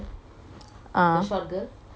ah okay ya